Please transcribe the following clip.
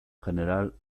general